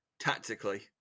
tactically